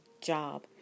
job